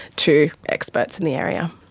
to experts in the area.